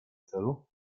celu